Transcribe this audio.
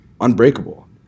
unbreakable